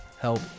help